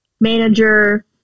manager